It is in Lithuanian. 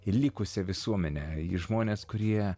į likusią visuomenę į žmones kurie